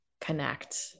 connect